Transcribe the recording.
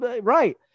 Right